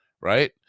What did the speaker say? right